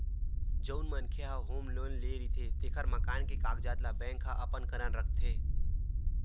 जउन मनखे ह होम लोन ले रहिथे तेखर मकान के कागजात ल बेंक ह अपने करन राखथे